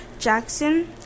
Jackson